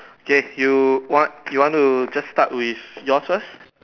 guess you want you want to just start with your first